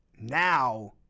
Now